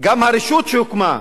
וגם הרשות שהוקמה.